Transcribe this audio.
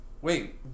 Wait